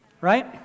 Right